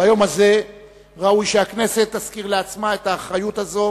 ביום הזה ראוי שהכנסת תזכיר לעצמה את האחריות הזאת